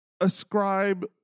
ascribe